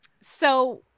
So-